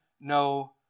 no